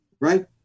right